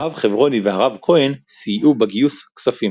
הרב חברוני והרב כהן סייעו בגיוס כספים.